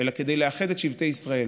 אלא כדי לאחד את שבטי ישראל,